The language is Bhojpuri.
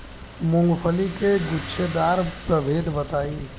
मूँगफली के गूछेदार प्रभेद बताई?